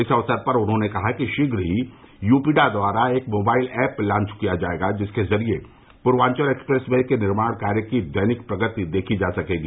इस अवसर पर उन्होंने कहा कि शीघ्र ही यूपीडा द्वारा एक मोबाइल एप लांच किया जायेगा जिसके जरिये पूर्वांचल एक्सप्रेस वे के निर्माण कार्य की दैनिक प्रगति देखी जा सकेगी